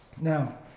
Now